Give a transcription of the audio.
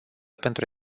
pentru